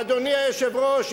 אדוני היושב-ראש,